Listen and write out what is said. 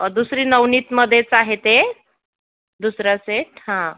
दुसरी नवनीतमधेच आहे ते दुसरा सेट हां